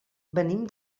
venim